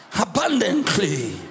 abundantly